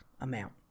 amount